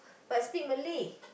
but still Malay